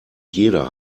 jeder